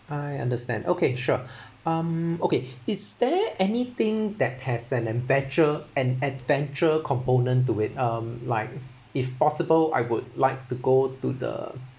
I understand okay sure um okay is there anything that has an adventure an adventure component to it um like if possible I would like to go to the